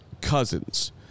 Cousins